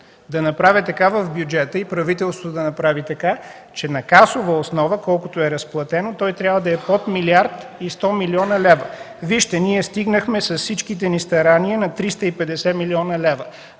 да направя така в бюджета, правителството да направи така, че на касова основа, колкото е разплатено, той трябва да е под 1 млрд. 100 млн. лв. Вижте, ние стигнахме, с всичките ни старания, на 350 млн. лв.